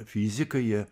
fizikai jie